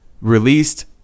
released